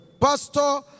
Pastor